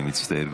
אני מצטער,